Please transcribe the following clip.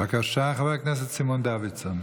בבקשה, חבר הכנסת סימון דוידסון.